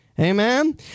Amen